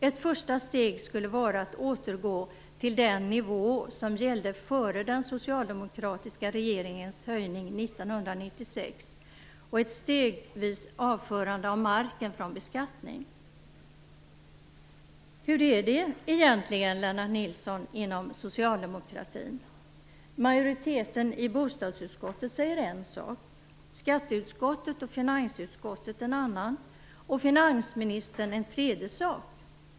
Ett första steg skulle vara att återgå till den nivå som gällde före den socialdemokratiska regeringens höjning 1996 och ett stegvis avförande av marken från beskattning. Hur är det egentligen, Lennart Nilsson, inom socialdemokratin? Majoriteten i bostadsutskottet säger en sak, skatteutskottet och finansutskottet en annan och finansministern en tredje.